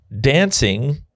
dancing